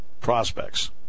prospects